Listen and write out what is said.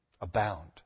Abound